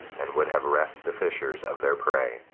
and would have reft the fishers of their prey,